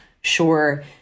Sure